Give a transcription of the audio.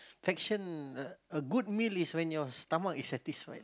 ~faction uh a good meal is when your stomach is satisfied